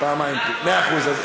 פעמיים p, מאה אחוז.